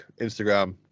Instagram